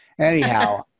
anyhow